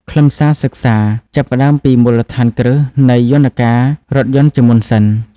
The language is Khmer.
ខ្លឹមសារសិក្សាចាប់ផ្តើមពីមូលដ្ឋានគ្រឹះនៃយន្តការរថយន្តជាមុនសិន។